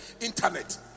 internet